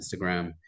Instagram